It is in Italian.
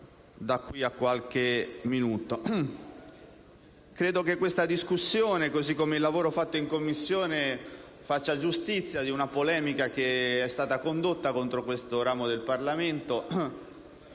di qui a breve. Credo che questa discussione, così come il lavoro svolto in Commissione, faccia giustizia di una polemica che è stata condotta contro questo ramo del Parlamento